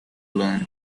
learn